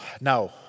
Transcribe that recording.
Now